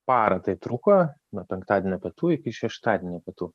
parą tai truko nuo penktadienio pietų iki šeštadienio pietų